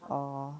oh